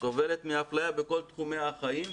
סובלת מאפליה בכל תחומי החיים,